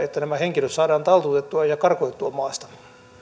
että nämä henkilöt saadaan taltutettua ja karkotettua maasta